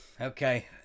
okay